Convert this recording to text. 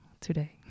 today